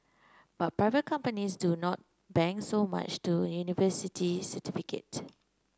but private companies do not bank so much to university certificate